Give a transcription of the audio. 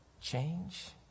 change